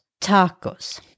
tacos